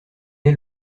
est